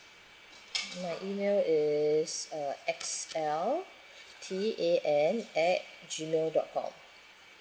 my email is uh X L T A N at Gmail dot com